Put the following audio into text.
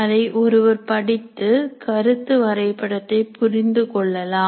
அதை ஒருவர் படித்து கருத்து வரைபடத்தை புரிந்து கொள்ளலாம்